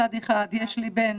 מצד אחד יש לי בן